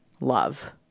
love